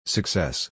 Success